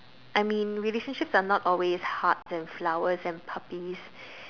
I mean relationships are not always hearts and flowers and puppies